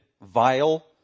vile